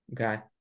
Okay